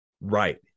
Right